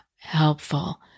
helpful